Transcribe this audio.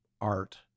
art